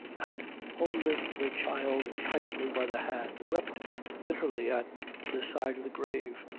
and holding the child tightly by the hand wept bitterly at the side of the grave.